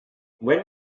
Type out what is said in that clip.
when